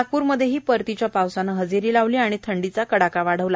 नागपूरमध्येही परतीच्या पावसानं हजेरी लावली आणि थंडीचा कडाका वाढवला